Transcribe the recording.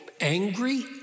angry